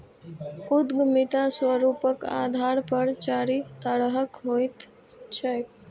उद्यमिता स्वरूपक आधार पर चारि तरहक होइत छैक